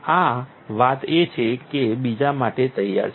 આ વાત એ છે કે તે બીજા માટે તૈયાર છે